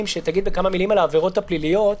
שתגיד בכמה מילים על העבירות הפליליות.